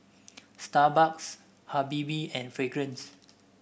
Starbucks Habibie and Fragrance